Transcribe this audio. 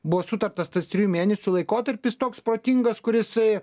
buvo sutartas tas trijų mėnesių laikotarpis toks protingas kur jisai